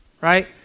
right